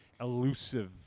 elusive